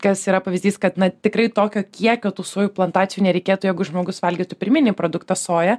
kas yra pavyzdys kad na tikrai tokio kiekio tų sojų plantacijų nereikėtų jeigu žmogus valgytų pirminį produktą soją